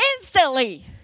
instantly